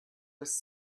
was